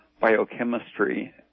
biochemistry